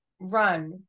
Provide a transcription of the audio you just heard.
run